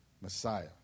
Messiah